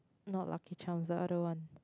not lucky charms ah I don't want